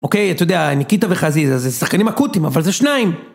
אוקיי, אתה יודע, ניקיטה וחזיזה, זה שחקנים אקוטיים, אבל זה שניים.